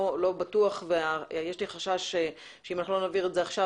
בטוח ויש לי חשש שאם לא נעביר את זה עכשיו,